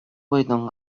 бойдон